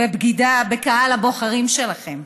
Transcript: בבגידה בקהל הבוחרים שלכם.